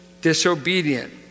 disobedient